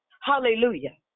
Hallelujah